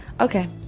Okay